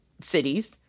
cities